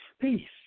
peace